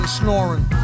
snoring